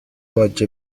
باجه